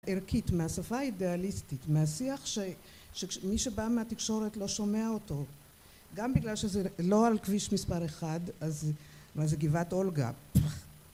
ערכית, מהשפה האידאליסטית, מהשיח שמי שבא מהתקשורת לא שומע אותו גם בגלל שזה לא על כביש מספר אחד, זאת אומרת זה גבעת אולגה